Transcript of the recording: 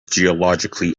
geologically